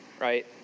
right